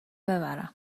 ببرم